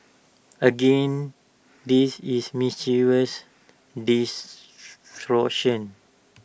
again this is mischievous distortion